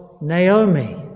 Naomi